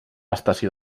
estació